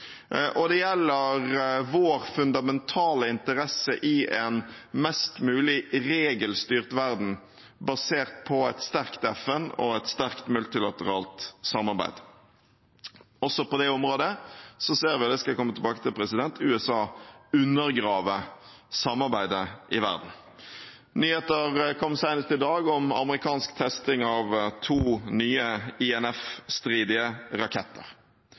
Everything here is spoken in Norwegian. og det gjelder vår fundamentale interesse i en mest mulig regelstyrt verden basert på et sterkt FN og et sterkt multilateralt samarbeid. Også på det området ser vi – og det skal jeg komme tilbake til – at USA undergraver samarbeidet i verden. Det kom nyheter senest i dag om amerikansk testing av to nye INF-stridige raketter.